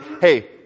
hey